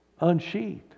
unsheathed